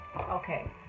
Okay